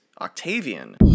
Octavian